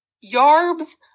Yarbs